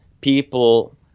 people